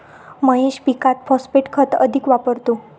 महेश पीकात फॉस्फेट खत अधिक वापरतो